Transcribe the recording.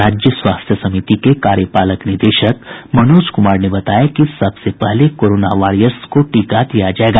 राज्य स्वास्थ्य समिति के कार्यपालक निदेशक मनोज कुमार ने बताया कि सबसे पहले कोरोना वारियर्स को टीका दिया जायेगा